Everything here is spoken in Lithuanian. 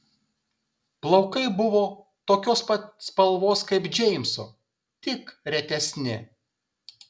plaukai buvo tokios pat spalvos kaip džeimso tik retesni